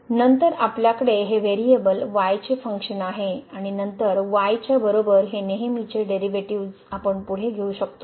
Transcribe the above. नंतर आपल्याकडे हे व्हेरिएबल y चे फंक्शन आहे आणि नंतर y च्या बरोबर हे नेहमीचे डेरिव्हेटिव्हज आपण पुढे घेऊ शकतो